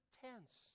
tense